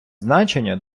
значення